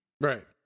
Right